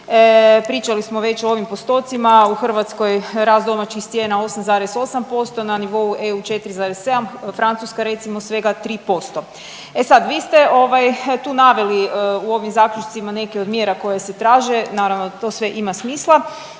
Pričali smo već o ovim postocima, u Hrvatskoj rast domaćih cijena 8,8% na nivou EU 4,7, Francuska recimo svega 3%. E sad, vi ste ovaj, tu naveli u ovim zaključcima neke od mjera koje se traže, naravno, to sve ima smisla,